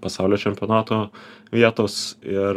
pasaulio čempionato vietos ir